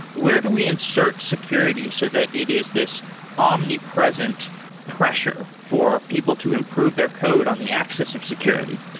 where do we insert security, so that it is this omnipresent pressure for people to improve their code on the axis of security?